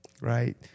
right